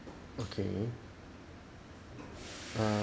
okay err